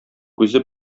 күзе